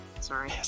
Sorry